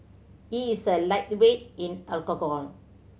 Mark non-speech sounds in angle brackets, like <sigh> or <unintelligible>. he is a lightweight in <unintelligible>